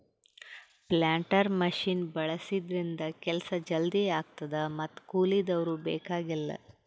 planter machine ಬಳಸಿದ್ರಿಂದ ಕೆಲ್ಸ ಜಲ್ದಿ ಆಗ್ತದ ಮತ್ತ್ ಕೂಲಿದವ್ರು ಬೇಕಾಗಲ್